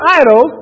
idol